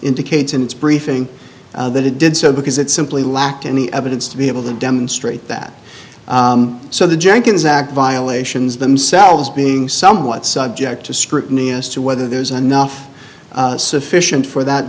indicates in its briefing that it did so because it simply lacked any evidence to be able to demonstrate that so the jenkins act violations themselves being somewhat subject to scrutiny as to whether there's enough sufficient for that